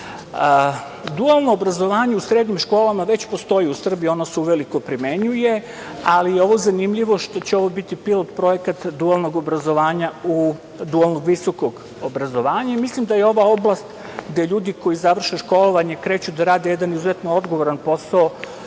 obrazovanje u srednjim školama već postoji u Srbiji i ono se uveliko primenjuje, ali je ovo zanimljivo što će ovo biti pilot projekat dualnog visokog obrazovanja i mislim da je ova oblast gde ljudi koji završe školovanje kreću da rade jedan izuzetan odgovoran posao,